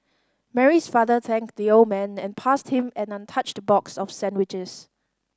Mary's father thanked the old man and passed him an untouched box of sandwiches